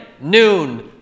noon